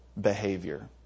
behavior